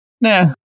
Nah